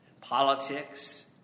politics